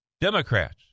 Democrats